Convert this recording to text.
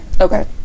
okay